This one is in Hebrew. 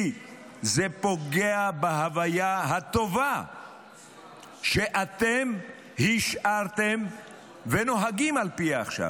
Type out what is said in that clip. כי זה פוגע בהווייה הטובה שאתם השארתם ונוהגים על פיה עכשיו.